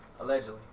allegedly